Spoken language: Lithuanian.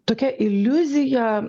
tokia iliuzija